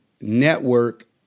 network